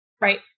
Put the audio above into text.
Right